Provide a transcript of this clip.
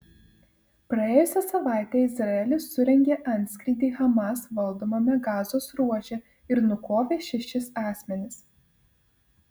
praėjusią savaitę izraelis surengė antskrydį hamas valdomame gazos ruože ir nukovė šešis asmenis